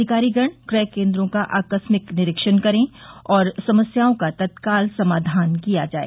अधिकारीगण क्रय केन्द्रों का आकस्मिक निरीक्षण करे और समस्याओं का तत्काल समाधान किया जाये